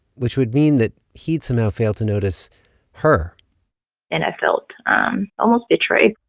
which would mean that he'd somehow failed to notice her and i felt um almost betrayed